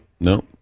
no